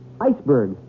Iceberg